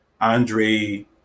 Andre